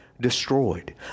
destroyed